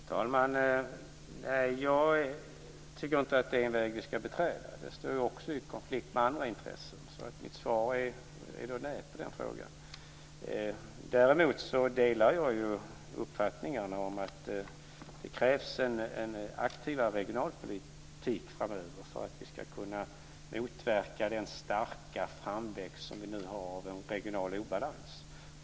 Fru talman! Jag tycker inte att det är en väg som vi ska beträda. Den står i konflikt med andra intressen, så mitt svar på den frågan är nej. Däremot delar jag uppfattningen att det krävs en aktivare regionalpolitik framöver för att vi ska kunna motverka den starka framväxt som vi nu har av en regional obalans.